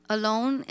alone